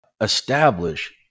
establish